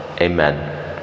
Amen